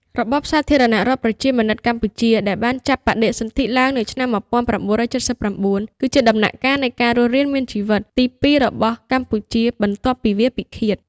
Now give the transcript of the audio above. របបសាធារណរដ្ឋប្រជាមានិតកម្ពុជា ដែលបានចាប់បដិសន្ធិឡើងនៅឆ្នាំ ១៩៧៩ គឺជាដំណាក់កាលនៃការរស់រានមានជីវិតទីពីររបស់កម្ពុជាបន្ទាប់ពីវាលពិឃាត។